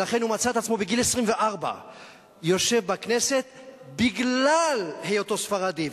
ולכן הוא מצא את עצמו בגיל 24 יושב בכנסת בגלל היותו ספרדי.